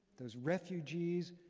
those refugees,